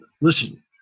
listen